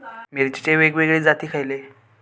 मिरचीचे वेगवेगळे जाती खयले?